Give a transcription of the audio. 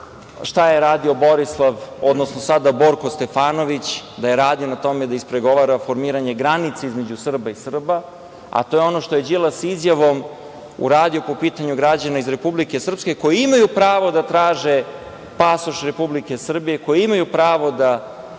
šta je radio Borislav, odnosno sada Borko Stefanović, radio je na tome da ispregovara formiranje granica između Srba i Srba, a to je ono što je Đilas izjavom uradio po pitanju građana iz Republike Srpske, koji imaju pravo da traže pasoš Republike Srbije, koji imaju pravo da